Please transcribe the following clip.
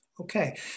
Okay